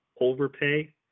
overpay